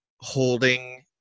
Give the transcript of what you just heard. holding